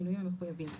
בשינויים המחויבים.